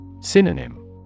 Synonym